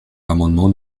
l’amendement